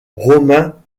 romain